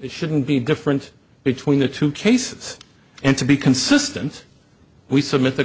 it shouldn't be different between the two cases and to be consistent we submit the